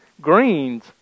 greens